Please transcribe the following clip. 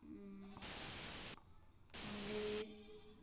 मन्दिर